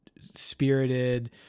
spirited